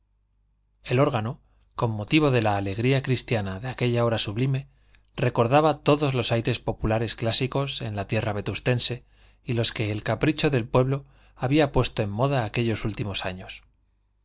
el órgano con motivo de la alegría cristiana de aquella hora sublime recordaba todos los aires populares clásicos en la tierra vetustense y los que el capricho del pueblo había puesto en moda aquellos últimos años a